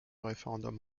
référendum